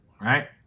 right